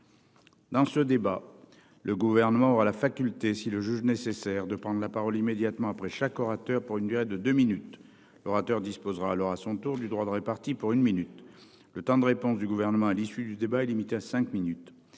Dans ce débat. Le gouvernement aura la faculté s'il le juge nécessaire de prendre la parole immédiatement après chaque orateur pour une durée de deux minutes orateur disposera alors à son tour du droit d'répartis pour une minute. Le temps de réponse du gouvernement à l'issue du débat est limité à 5 minutes.